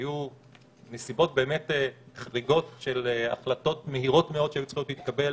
היו נסיבות באמת חריגות של החלטות מהירות מאוד שהיו צריכות להתקבל